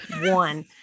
one